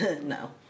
No